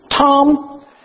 Tom